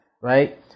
right